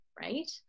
right